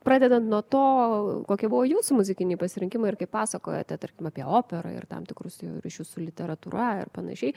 pradedant nuo to kokie buvo jūsų muzikiniai pasirinkimai ir kaip pasakojote tarkim apie operą ir tam tikrus jau ryšius su literatūra ir panašiai